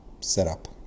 setup